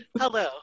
Hello